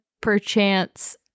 perchance